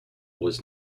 was